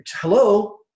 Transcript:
hello